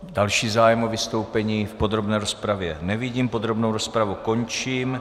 Další zájem o vystoupení v podrobné rozpravě nevidím, podrobnou rozpravu končím.